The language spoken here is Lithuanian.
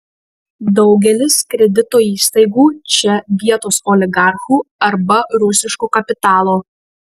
daugelis kredito įstaigų čia vietos oligarchų arba rusiško kapitalo